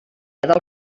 del